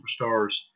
superstars